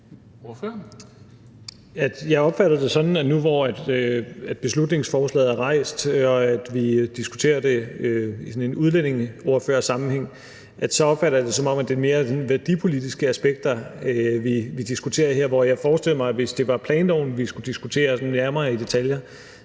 Jeg opfatter det sådan, at nu, hvor beslutningsforslaget er fremsat i og vi diskuterer det i sådan en udlændingeordførersammenhæng, er det mere værdipolitiske aspekter, vi diskuterer her. Jeg forestiller mig, at det, hvis det var planloven, vi skulle diskutere nærmere i detaljer,